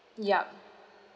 yup